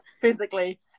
physically